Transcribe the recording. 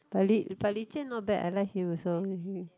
but Li but Li-Jian not bad I like him also really